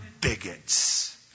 bigots